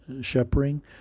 shepherding